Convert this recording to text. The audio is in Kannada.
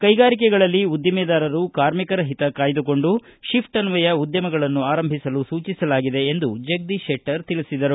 ಕೈಗಾರಿಕೆಗಳಲ್ಲಿ ಉದ್ಯಮೆದಾರರು ಕಾರ್ಮಿಕರ ಹಿತ ಕಾಯ್ದುಕೊಂಡು ಶಿಪ್ಟ್ ಅನ್ವಯ ಉದ್ಯಮಗಳನ್ನು ಆರಂಭಿಸಲು ಸೂಚಿಸಲಾಗಿದೆ ಎಂದು ಅವರು ಹೇಳಿದರು